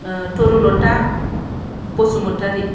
Tarulata Basumatary